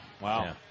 wow